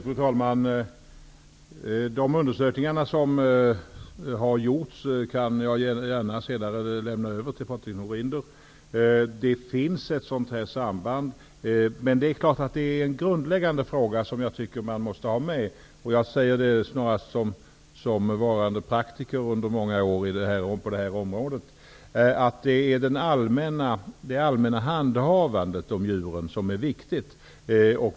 Fru talman! Beträffande de undersökningar som har gjorts överlämnar jag senare gärna material till Patrik Norinder. Det finns ett samband här, och det är klart att det rör en grundläggande fråga. Det är snarast i min egenskap av praktiker under många år på det här området som jag säger att det är det allmänna handhavandet av djuren som är viktigt.